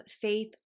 faith